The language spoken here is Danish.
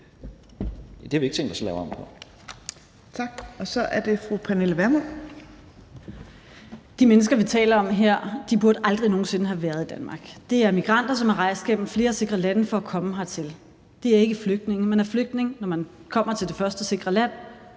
Så er det fru Pernille Vermund. Kl. 14:55 Pernille Vermund (NB): De mennesker, vi taler om her, burde aldrig nogen sinde have været i Danmark. Det er migranter, som har rejst gennem flere sikre lande for at komme hertil. Det er ikke flygtninge. Man er flygtning, når man kommer til det første sikre land.